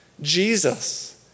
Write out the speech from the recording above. Jesus